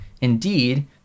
indeed